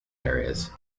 areas